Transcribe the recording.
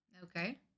Okay